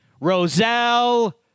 Roselle